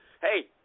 hey